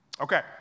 Okay